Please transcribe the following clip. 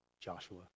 Joshua